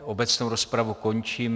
Obecnou rozpravu končím.